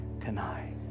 tonight